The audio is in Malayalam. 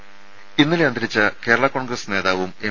രുഭ ഇന്നലെ അന്തരിച്ച കേരളാ കോൺഗ്രസ് നേതാവും എം